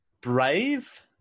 Brave